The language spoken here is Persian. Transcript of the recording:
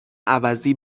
عوضی